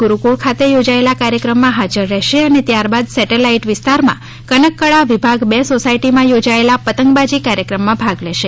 ગુરુકુળ ખાતે યોજાયેલા કાર્યક્રમમાં હાજર રહેશે અને ત્યારબાદ સેટેલાઈટ વિસ્તારમાં કનકકળા વિભાગ બે સોસાયટીમાં યોજાયેલા પતંગબાજી કાર્યક્રમમાં ભાગ લેશે